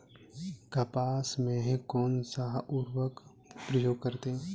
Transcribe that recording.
कपास में कौनसा उर्वरक प्रयोग करते हैं?